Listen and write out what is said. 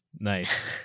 Nice